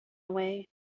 away